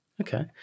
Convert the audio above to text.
Okay